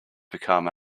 become